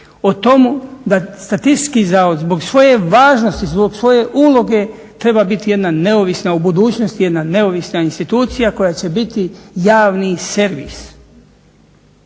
o tomu da Statistički zavod zbog svoje važnosti, zbog svoje uloge treba biti jedna neovisna, u budućnosti jedna neovisna institucija koja će biti javni servis.